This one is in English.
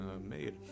made